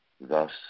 Thus